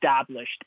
established